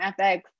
FX